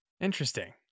Interesting